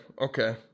okay